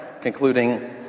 concluding